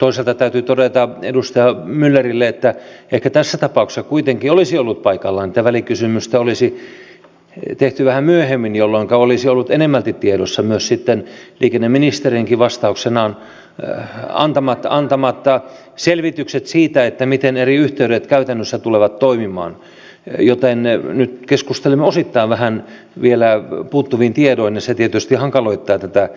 toisaalta täytyy todeta edustaja myllerille että ehkä tässä tapauksessa kuitenkin olisi ollut paikallaan että välikysymys olisi tehty vähän myöhemmin jolloinka olisivat olleet enemmälti tiedossa myös sitten liikenneministerinkin vastauksenaan antamat selvitykset siitä miten eri yhteydet käytännössä tulevat toimimaan joten nyt keskustelemme osittain vielä vähän puuttuvin tiedoin ja se tietysti hankaloittaa tätä keskustelua